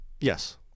Yes